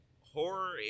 horror